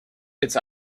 its